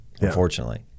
unfortunately